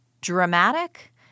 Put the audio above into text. dramatic